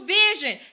vision